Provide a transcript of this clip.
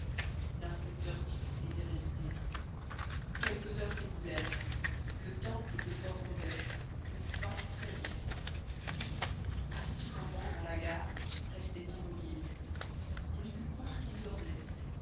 l'inspecteur fix était resté quelques heures s'écoulèrent le temps était fort mauvais le froid très vif fix assis sur un banc dans la gare restait immobile on eût pu croire qu'il dormait